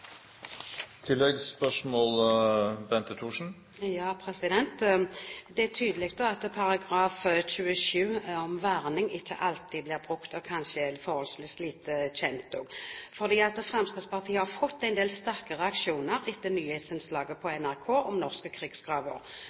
Det er tydelig at § 27 om verning ikke alltid blir brukt, og kanskje også er forholdsvis lite kjent, for Fremskrittspartiet har fått en del sterke reaksjoner etter nyhetsinnslaget på NRK om norske krigsgraver.